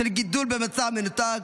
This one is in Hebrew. של גידול במצע מנותק,